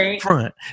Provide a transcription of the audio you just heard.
front